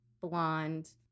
blonde